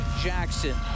Jackson